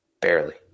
barely